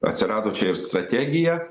atsirado čia ir strategija